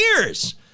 years